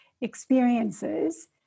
experiences